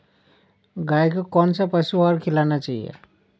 गाय को कौन सा पशु आहार खिलाना चाहिए?